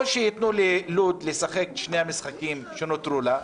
או שייתנו ללוד לשחק את שני המשחקים שנותרו לה,